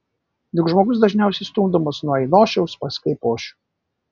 juk žmogus dažniausiai stumdomas nuo ainošiaus pas kaipošių